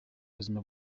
ubuzima